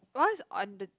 my one is on the